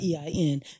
EIN